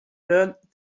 learned